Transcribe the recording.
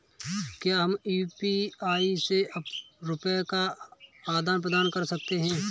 क्या हम यू.पी.आई से रुपये का आदान प्रदान कर सकते हैं?